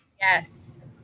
yes